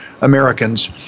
Americans